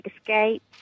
Escape